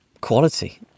quality